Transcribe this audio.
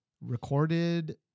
recorded